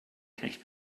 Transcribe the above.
knecht